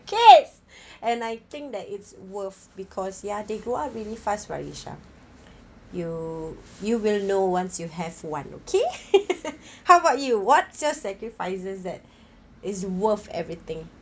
kids and I think that it's worth because ya they grow up really fast farisyah you you will know once you have one okay how about you what's your sacrifices that is worth everything